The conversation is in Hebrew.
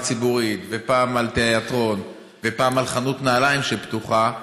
ציבורית ופעם על תיאטרון ופעם על חנות נעליים שפתוחה,